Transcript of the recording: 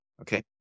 Okay